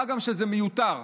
מה גם שזה מיותר,